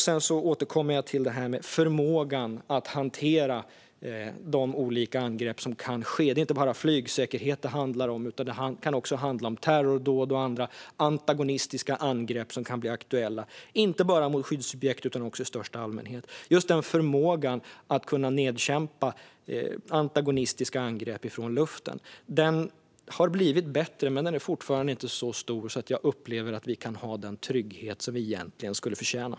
Jag återkommer till förmågan att hantera de olika angrepp som kan ske. Det är inte bara flygsäkerhet det handlar om, utan det kan också handla om terrordåd och andra antagonistiska angrepp som kan bli aktuella, inte bara mot skyddsobjekt utan också i största allmänhet. Just förmågan att kunna nedkämpa antagonistiska angrepp från luften har blivit bättre, men den är fortfarande inte så stor att jag upplever att vi har den trygghet som vi egentligen förtjänar.